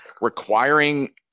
requiring